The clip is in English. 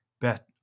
bet